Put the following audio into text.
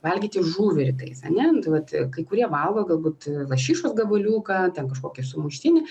valgyti žuvį rytais ane nu tai vat kai kurie valgo galbūt lašišos gabaliuką ten kažkokį sumuštinį